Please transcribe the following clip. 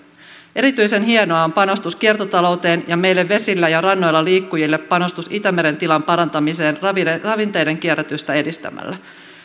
erityisen hienoa on panostus kiertotalouteen ja meille vesillä ja rannoilla liikkujille panostus itämeren tilan parantamiseen ravinteiden ravinteiden kierrätystä edistämällä